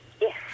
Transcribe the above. Yes